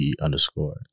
underscore